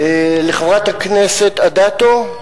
לחברת הכנסת אדטו,